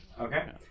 Okay